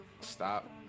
stop